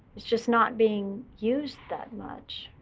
it's just not being used that much.